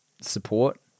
support